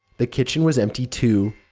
the kitchen was empty too.